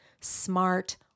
smart